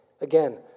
Again